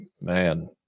man